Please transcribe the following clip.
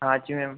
हाँ जी मैम